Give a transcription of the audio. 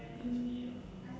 mm